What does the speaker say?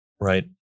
right